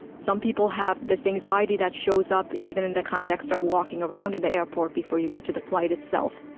some people have this anxiety that shows up even in the context of walking around in the airport before you get to the flight itself.